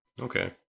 Okay